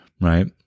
right